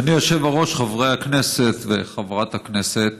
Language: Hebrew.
אדוני היושב-ראש, חברי הכנסת וחברת הכנסת,